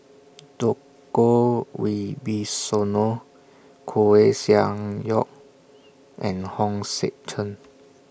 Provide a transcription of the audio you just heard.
Djoko Wibisono Koeh Sia Yong and Hong Sek Chern